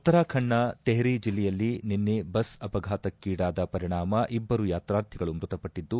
ಉತ್ತರಾಖಂಡ್ ನ ತೆಟ್ರಿ ಜಿಲ್ಲೆಯಲ್ಲಿ ನಿನ್ನೆ ಬಸ್ ಅಪಘಾತಕ್ಕೀಡಾದ ಪರಿಣಾಮ ಇಬ್ಬರು ಯಾತಾರ್ಥಿಗಳು ಮೃತಪಟ್ಟದ್ದು